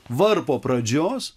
varpo pradžios